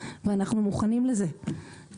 ואנחנו מוכנים לזה.